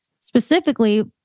specifically